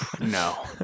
no